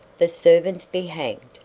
the servants be hanged!